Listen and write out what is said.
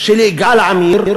של יגאל עמיר